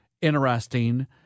interesting